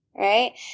right